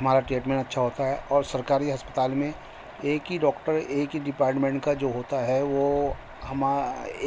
ہمارا ٹریٹمنٹ اچھا ہوتا ہے اور سرکاری اسپتال میں ایک ہی ڈاکٹر ایک ہی ڈپارٹمنٹ کا جو ہوتا ہے وہ ہما